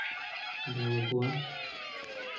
ᱫᱚᱦᱚ ᱠᱟᱠᱚᱣᱟ